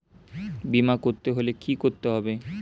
বিমা করতে হলে কি করতে হবে?